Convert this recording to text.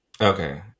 Okay